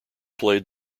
played